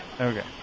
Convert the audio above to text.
okay